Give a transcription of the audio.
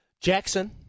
Jackson